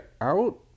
out